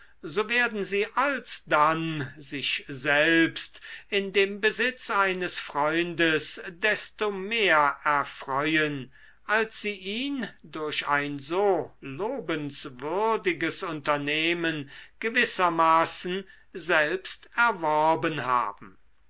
so werden sie alsdann sich selbst in dem besitz eines freundes desto mehr erfreuen als sie ihn durch ein so lobenswürdiges unternehmen gewissermaßen selbst erworben haben